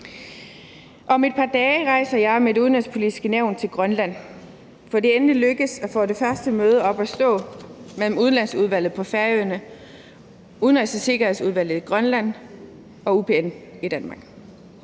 Om et par dage rejser jeg med Det Udenrigspolitiske Nævn til Grønland, for det er endelig lykkedes at få det første møde op og stå mellem Lagtingets Udlandsudvalg på Færøerne, Udenrigs- og Sikkerhedsudvalget i Grønland og UPN i Danmark.